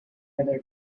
other